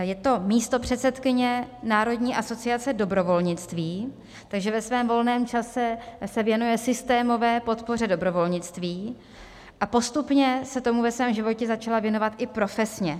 Je to místopředsedkyně Národní asociace dobrovolnictví, takže ve svém volném čase se věnuje systémové podpoře dobrovolnictví a postupně se tomu ve svém životě začala věnovat i profesně.